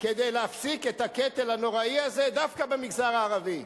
כדי להפסיק את הקטל הנוראי הזה דווקא במגזר הערבי.